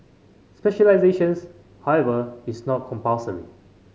specialisations however is not compulsory